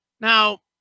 Now